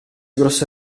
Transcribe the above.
grossa